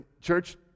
Church